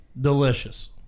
Delicious